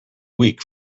weak